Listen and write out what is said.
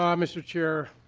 um mr. chair